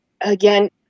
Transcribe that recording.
again